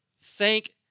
thank